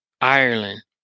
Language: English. Ireland